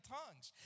tongues